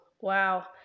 Wow